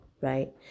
right